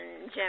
Jim